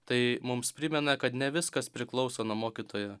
tai mums primena kad ne viskas priklauso nuo mokytojo